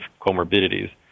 comorbidities